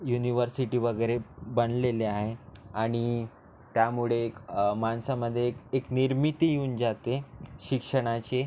university वगैरे बनलेले आहे आणि त्यामुळे एक माणसामध्ये एक एक निर्मिती येऊन जाते शिक्षणाची